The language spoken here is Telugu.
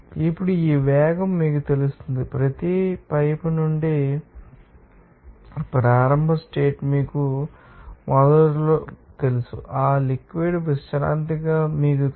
ఇప్పుడు ఈ వేగం మీకు తెలుస్తుంది ప్రతి నుండి పైపు ద్వారా ప్రారంభ స్టేట్ మీకు మొదట్లో తెలుసు ఆ లిక్విడ్ ం విశ్రాంతిగా మీకు తెలుసు